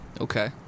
Okay